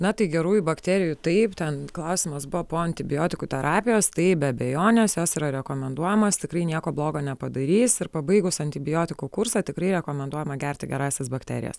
na tai gerųjų bakterijų taip ten klausimas buvo po antibiotikų terapijos tai be abejonės jos yra rekomenduojamos tikrai nieko blogo nepadarys ir pabaigus antibiotikų kursą tikrai rekomenduojama gerti gerąsias bakterijas